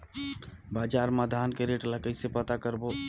बजार मा धान के रेट ला कइसे पता करबो?